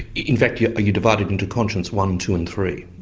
in fact you you divide it into conscience one, two and three?